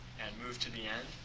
and move to the end.